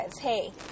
Hey